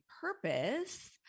purpose